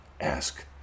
Ask